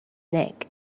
neck